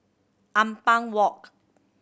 Ampang Walk